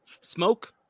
smoke